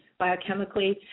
biochemically